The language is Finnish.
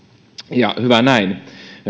ja hyvä näin